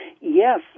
Yes